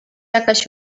jakaś